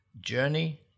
journey